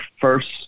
first